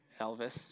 Elvis